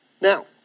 Now